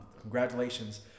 congratulations